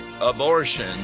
abortion